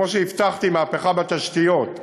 כמו שהבטחתי בתשתיות,